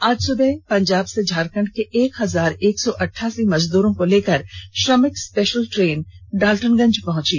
आज सुबह पंजाब से झारखंड के एक हजार एक सौ अठासी मजदूरों को लेकर श्रमिक स्पेषल ट्रेन डालटनगंज पहुंची